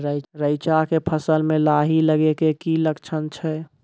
रैचा के फसल मे लाही लगे के की लक्छण छै?